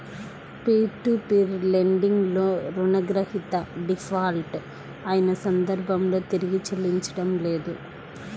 peer to peer lending లో రుణగ్రహీత default అయిన సందర్భంలో తిరిగి చెల్లించడం లేదు